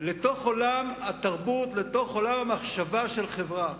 לתוך עולם התרבות, לתוך עולם המחשבה של חברה.